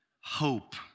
Hope